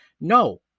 No